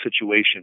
situation